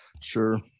Sure